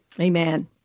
Amen